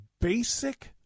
basic